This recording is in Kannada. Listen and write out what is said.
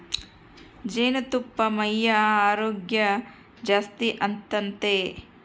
ಜೇನುತುಪ್ಪಾ ಮೈಯ ಆರೋಗ್ಯ ಜಾಸ್ತಿ ಆತತೆ